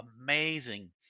amazing